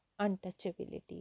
untouchability